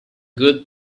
good